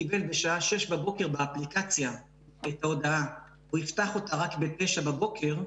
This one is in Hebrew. קיבל בשעה שש בבוקר באפליקציה את ההודעה והוא יפתח אותה רק בתשע בבוקר,